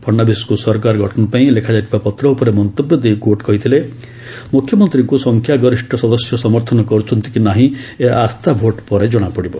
ଫଡ଼ନବୀଶଙ୍କୁ ସରକାର ଗଠନପାଇଁ ଲେଖାଯାଇଥିବା ପତ୍ର ଉପରେ ମନ୍ତବ୍ୟ ଦେଇ କୋର୍ଟ କହିଥିଲେ ମୁଖ୍ୟମନ୍ତ୍ରୀଙ୍କୁ ସଂଖ୍ୟାଗରିଷ୍ଠ ସଦସ୍ୟ ସମର୍ଥନ କରୁଛନ୍ତି କି ନାହିଁ ଏହା ଆସ୍ଥା ଭୋଟ୍ ପରେ ଜଣାପଡ଼ିବ